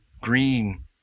green